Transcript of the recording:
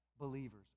believers